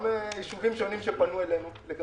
גם ישובים שונים שפנו אלינו.